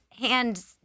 hands